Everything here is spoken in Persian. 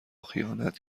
خیانت